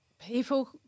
people